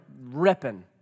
ripping